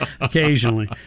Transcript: Occasionally